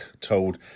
told